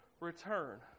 return